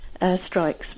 airstrikes